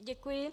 Děkuji.